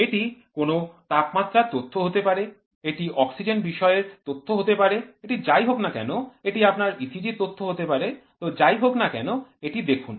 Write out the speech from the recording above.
এটি কোনও তাপমাত্রার তথ্য হতে পারে এটা অক্সিজেন বিষয়ের তথ্য হতে পারে এটি যাই হোক না কেন এটি আপনার ECG এর তথ্য হতে পারে যাই হোক না কেন এটি দেখুন